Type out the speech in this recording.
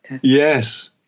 Yes